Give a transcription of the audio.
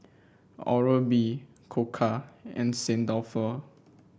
Oral B Koka and Sanit Dalfour